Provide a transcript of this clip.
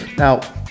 Now